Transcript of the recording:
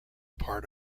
part